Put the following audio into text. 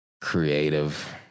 creative